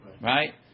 Right